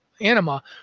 anima